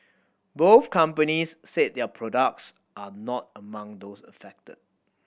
both companies said their products are not among those affected